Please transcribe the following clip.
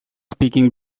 speaking